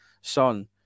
Son